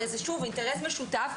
הרי זה אינטרס משותף,